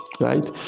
Right